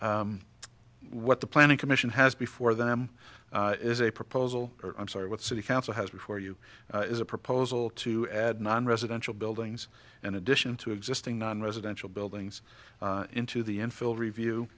what the planning commission has before them is a proposal i'm sorry with city council has before you is a proposal to add nine residential buildings in addition to existing nine residential buildings into the infill review